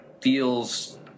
feels